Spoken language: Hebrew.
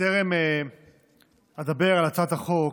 בטרם אדבר על הצעת החוק,